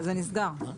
זה נסגר.